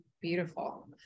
Beautiful